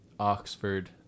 Oxford